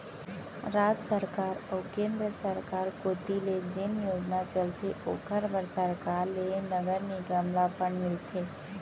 राज सरकार अऊ केंद्र सरकार कोती ले जेन योजना चलथे ओखर बर सरकार ले नगर निगम ल फंड मिलथे